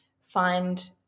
find